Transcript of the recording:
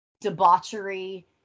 debauchery